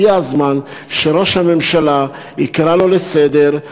שראש הממשלה יקרא לו לסדר.